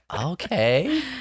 okay